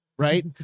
Right